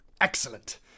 Excellent